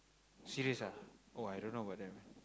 serious ah oh I don't know about that